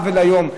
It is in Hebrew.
היום.